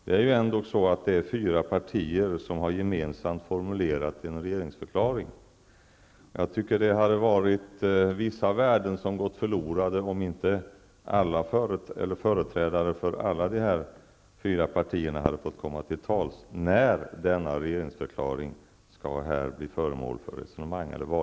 Det är ändå fyra partier som gemensamt har formulerat en regeringsförklaring, och jag tycker att vissa värden hade gått förlorade om inte företrädare för alla dessa fyra partier hade fått komma till tals när denna regeringsförklaring var föremål för resonemang.